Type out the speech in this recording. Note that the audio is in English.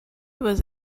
was